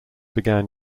began